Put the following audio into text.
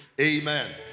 amen